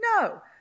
No